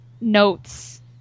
notes